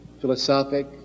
philosophic